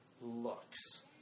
looks